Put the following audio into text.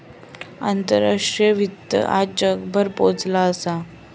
आंतराष्ट्रीय वित्त आज जगभर पोचला असा